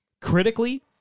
critically